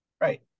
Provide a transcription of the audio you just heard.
Right